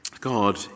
God